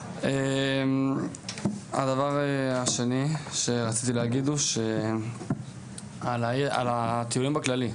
הדבר השני שרציתי להגיד הוא על הטיולים בכללי,